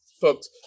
folks